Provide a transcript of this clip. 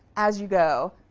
as you go,